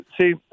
see